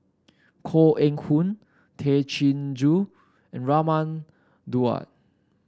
Koh Eng Hoon Tay Chin Joo and Raman Daud